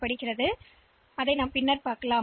எனவே நீங்கள் அதைப் பார்ப்பீர்கள்